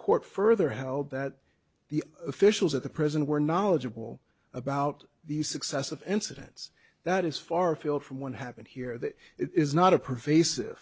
court further held that the officials at the prison were knowledgeable about the success of incidents that is far field from what happened here that it is not a pervasive